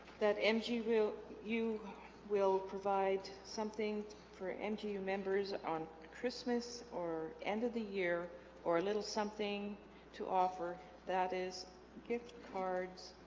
that mg will you will provide something for mg you members on christmas or end of the year or a little something to offer that is gift cards